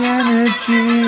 energy